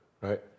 right